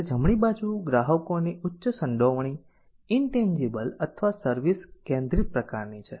જ્યારે જમણી બાજુ ગ્રાહકોની ઉચ્ચ સંડોવણી ઇન્તેન્જીબલ અથવા સર્વિસ કેન્દ્રિત પ્રકારની છે